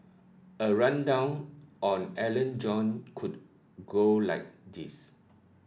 a rundown on Alan John could go like this